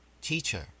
teacher